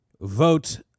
vote